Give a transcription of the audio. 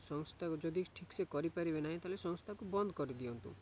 ସଂସ୍ଥାକୁ ଯଦି ଠିକ୍ସେ କରିପାରିବେ ନାହିଁ ତାହେଲେ ସଂସ୍ଥାକୁ ବନ୍ଦ କରିଦିଅନ୍ତୁ